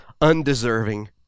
undeserving